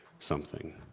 something.